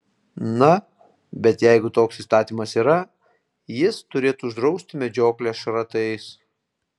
na bet jeigu toks įstatymas yra jis turėtų uždrausti medžioklę šratais